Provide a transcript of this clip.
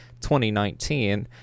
2019